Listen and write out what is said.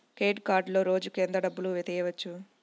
Credit కార్డులో రోజుకు ఎంత డబ్బులు తీయవచ్చు?